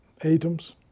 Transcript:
atoms